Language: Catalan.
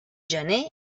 gener